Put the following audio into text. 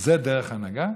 זו דרך הנהגה?